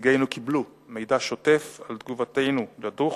נציגינו קיבלו מידע שוטף על תגובתנו לדוח